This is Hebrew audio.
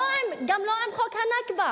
גם לא עם חוק הנכבה,